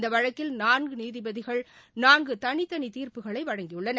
இந்த வழக்கில் நான்கு நீதிபதிகள் நான்கு தனித்தனி தீர்ப்புகளை வழங்கியுள்ளனர்